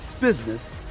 business